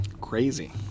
Crazy